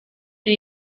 più